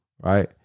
right